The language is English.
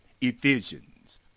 Ephesians